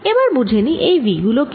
এবার বুঝে নিই এই v গুলি কি